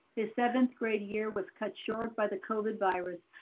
his seventh grade year was cut short by the covid virus.